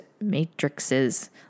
matrices